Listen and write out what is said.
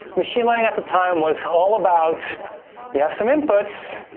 machine learning at the time was all about you have some inputs.